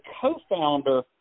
co-founder